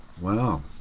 Wow